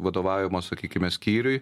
vadovavimo sakykime skyriui